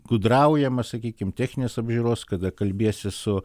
gudraujama sakykim techninės apžiūros kada kalbiesi su